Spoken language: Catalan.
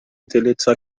utilitzar